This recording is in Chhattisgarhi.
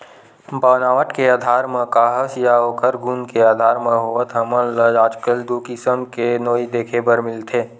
बनावट के आधार म काहस या ओखर गुन के आधार म होवय हमन ल आजकल दू किसम के नोई देखे बर मिलथे